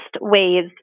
ways